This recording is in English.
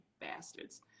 bastards